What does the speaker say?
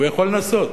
הוא יכול לנסות.